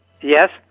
Yes